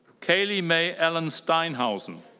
kailey mae ellen steinhausen.